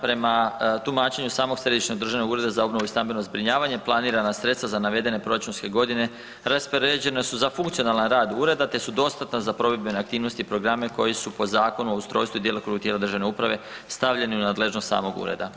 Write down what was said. Prema tumačenju samog Središnjeg državnog ureda za obnovu i stambeno zbrinjavanje planirana sredstva za navedene proračunske godine raspoređena su za funkcionalan rad ureda, te su dostatna za provedbene aktivnosti i programe koji su po Zakonu o ustrojstvu i djelokrugu tijela državne uprave stavljeni u nadležnost samog ureda.